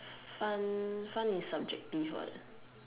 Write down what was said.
fun fun is subjective what